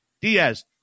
Diaz